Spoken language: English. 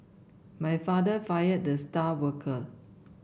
my father fired the star worker